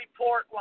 report